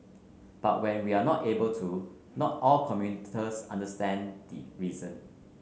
but when we are not able to not all commuters understand reason